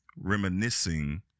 reminiscing